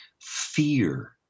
Fear